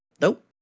nope